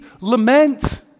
Lament